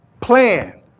plan